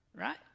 Right